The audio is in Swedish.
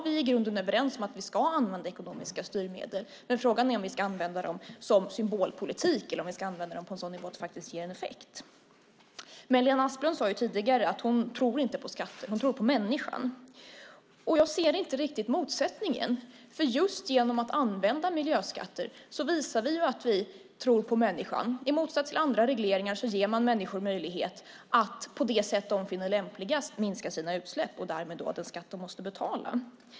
Vi är i grunden överens om att vi ska använda ekonomiska styrmedel, men frågan är om vi ska använda dem som symbolpolitik eller om vi ska använda dem på en sådan nivå att de faktiskt ger en effekt. Lena Asplund sade tidigare att hon inte tror på skatter, utan hon tror på människan. Jag ser inte riktigt motsättningen. Just genom att använda miljöskatter visar vi att vi tror på människan. I motsats till andra regleringar ger man människor möjlighet att minska sina utsläpp på det sätt de finner lämpligast och därmed den skatt de måste betala.